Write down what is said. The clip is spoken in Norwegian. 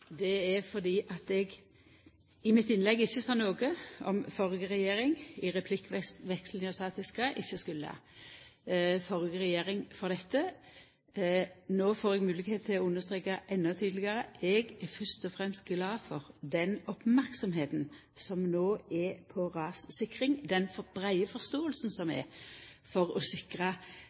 Det er fordi eg i mitt innlegg ikkje sa noko om den førre regjeringa i replikkvekslinga – eg skulda ikkje den førre regjeringa for dette. No får eg moglegheit til å understreka endå tydelegare at eg fyrst og fremst er glad for den oppmerksemda som no er på rassikring, og den breie forståinga som det er for å sikra